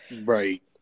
right